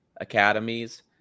academies